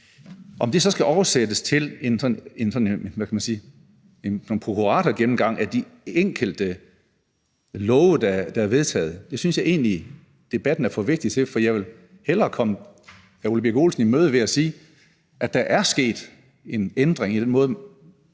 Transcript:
hvad kan man sige, prokuratorgennemgang af de enkelte love, der er vedtaget, synes jeg egentlig debatten er for vigtig til, for jeg vil hellere komme hr. Ole Birk Olesen i møde ved at sige, at der er sket en ændring i den måde,